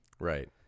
Right